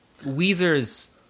Weezer's